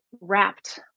wrapped